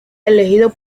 elegido